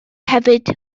hefyd